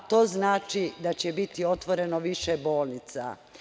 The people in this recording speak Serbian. To znači da će biti otvoreno više bolnica.